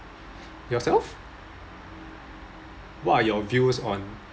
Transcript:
yourself what are your views on